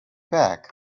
back